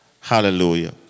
Hallelujah